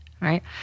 right